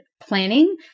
planning